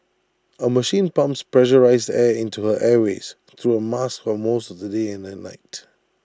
A machine pumps pressurised air into her airways through A mask for most of the day and at night